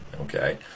okay